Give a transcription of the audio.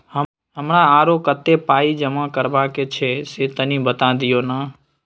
हमरा आरो कत्ते पाई जमा करबा के छै से तनी बता दिय न?